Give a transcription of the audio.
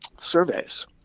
surveys